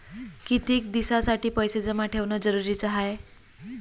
कितीक दिसासाठी पैसे जमा ठेवणं जरुरीच हाय?